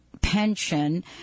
pension